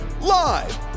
live